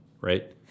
right